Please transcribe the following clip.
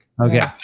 Okay